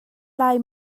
lai